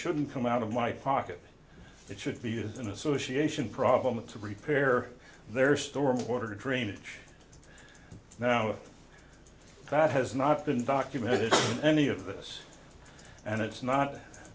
shouldn't come out of my pocket it should be used in association problem to prepare their stormwater drainage now that has not been documented in any of this and it's not